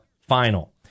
final